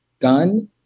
gun